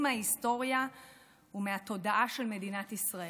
מההיסטוריה ומהתודעה של מדינת ישראל.